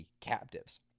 captives